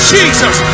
Jesus